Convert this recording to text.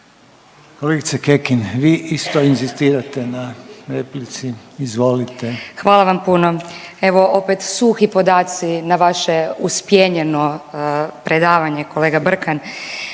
Kolegice Kekin vi isto inzistirate na replici? Izvolite. **Kekin, Ivana (NL)** Hvala vam puno. Evo opet suhi podaci na vaše uspjenjeno predavanje kolega Brkan.